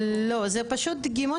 לא, זה פשוט דגימות